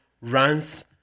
runs